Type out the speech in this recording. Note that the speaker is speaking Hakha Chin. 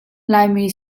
laimi